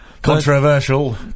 Controversial